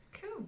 Cool